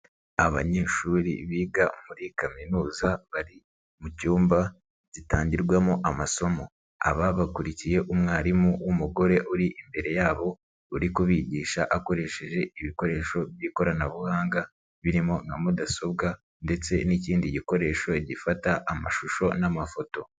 Abanyeshuri biga muri kaminuza bari mu cyumba gitangirwamo amasomo. Aba bakurikiye umwarimu w'umugore uri imbere yabo, uri kubigisha akoresheje ibikoresho by'ikoranabuhanga, birimo nka mudasobwa ndetse n'ikindi gikoresho gifata amashusho n'amafoto.